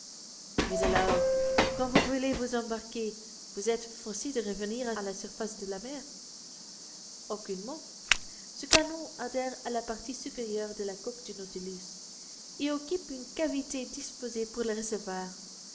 mais alors quand vous voulez vous embarquer vous êtes forcé de revenir à la surface de la mer aucunement ce canot adhère à la partie supérieure de la coque du nautilus et occupe une cavité disposée pour le recevoir